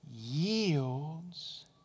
yields